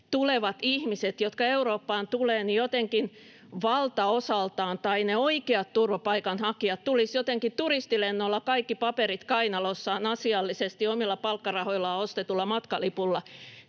hakevat ihmiset, jotka Eurooppaan tulevat, jotenkin valtaosaltaan — tai ne oikeat turvapaikanhakijat — tulisivat jotenkin turistilennolla kaikki paperit kainalossaan asiallisesti omilla palkkarahoillaan ostetulla matkalipulla.